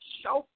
show